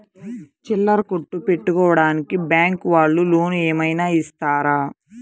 చిల్లర కొట్టు పెట్టుకోడానికి బ్యాంకు వాళ్ళు లోన్ ఏమైనా ఇస్తారా?